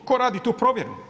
Tko radi tu provjeru?